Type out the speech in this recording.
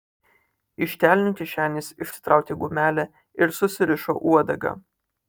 iš kelnių kišenės išsitraukė gumelę ir susirišo uodegą